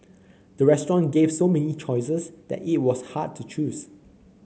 the restaurant gave so many choices that it was hard to choose